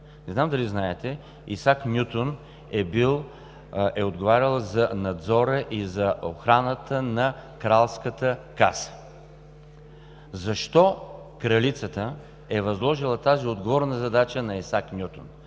Не знам дали знаете, Исак Нютон е отговарял за надзора и охраната на кралската каса. Защо кралицата е възложила тази отговорна задача на Исак Нютон?